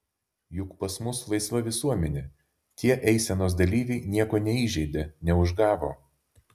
juk pas mus laisva visuomenė tie eisenos dalyviai nieko neįžeidė neužgavo